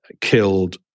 killed